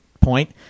point